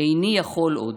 "איני יכול עוד"?